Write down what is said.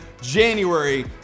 January